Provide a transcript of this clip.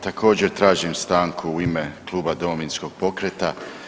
Također tražim stanku u ime Kluba Domovinskog pokreta.